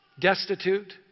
Destitute